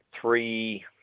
three